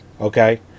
Okay